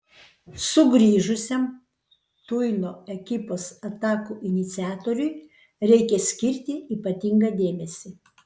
sugrįžusiam tuino ekipos atakų iniciatoriui reikia skirti ypatingą dėmesį